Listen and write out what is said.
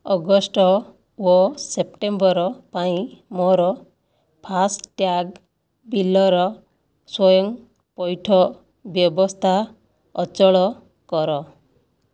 August ଓ September ପାଇଁ ମୋର ଫାସ୍ଟ୍ୟାଗ୍ ବିଲ୍ର ସ୍ଵୟଂ ପୈଠ ବ୍ୟବସ୍ଥା ଅଚଳ କର